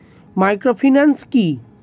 Microfinance কি?